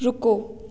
रुको